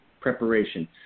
preparation